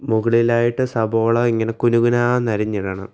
മുകളിലായിട്ട് സബോള ഇങ്ങനെ കുനു കുനാ എന്ന് അരിഞ്ഞിടണം